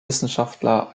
wissenschaftler